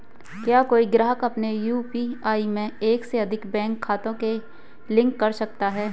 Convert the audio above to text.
क्या कोई ग्राहक अपने यू.पी.आई में एक से अधिक बैंक खातों को लिंक कर सकता है?